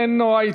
אינו נוכח,